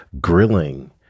grilling